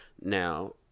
Now